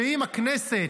ואם הכנסת,